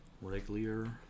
regular